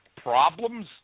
problems